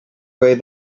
way